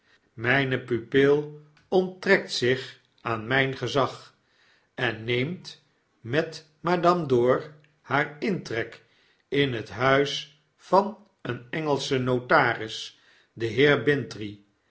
myne pupil onttrekt zich aan myn gezag en neemt met madame dor haar intrek in het huis van een engelschen notaris den